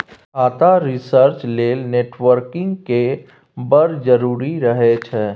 खाता रिसर्च लेल नेटवर्किंग केर बड़ जरुरी रहय छै